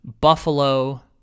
Buffalo